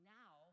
now